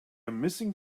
missing